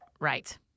Right